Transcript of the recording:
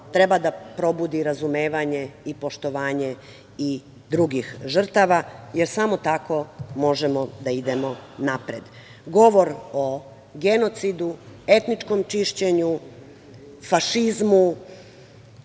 treba da probudi razumevanje i poštovanje i drugih žrtava, jer samo tako možemo da idemo napred. Govor o genocidu, etničkom čišćenju, fašizmu,